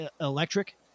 electric